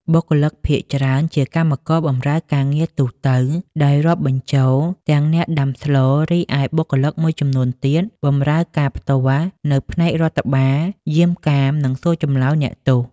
បុគ្គលិកភាគច្រើន ជាកម្មករបម្រើការងារទូទៅដោយរាប់បញ្ចូលទាំងអ្នកដាំស្ល រីឯបុគ្គលិកមួយចំនួនទៀត បម្រើការផ្ទាល់នៅផ្នែករដ្ឋបាល យាមកាម និងសួរចម្លើយអ្នកទោស។